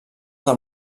del